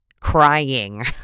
crying